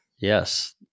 yes